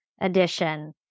addition